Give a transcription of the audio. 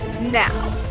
Now